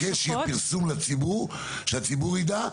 אז אני רק מבקש פרסום לציבור שהציבור ידע,